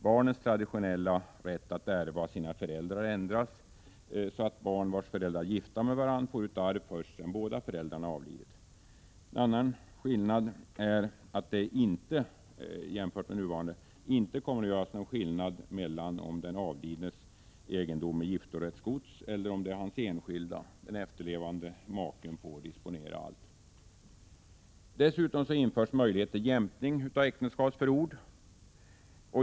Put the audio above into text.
Barnens traditionella rätt att ärva sina föräldrar ändras, så att barn vilkas Det kommer inte att göras någon skillnad mellan om den avlidnes 13 maj 1987 egendom är giftorättsgods eller om det är vederbörandes enskilda. Den efterlevande maken får disponera allt. Dessutom införs möjlighet till jämkning av äktenskapsförord.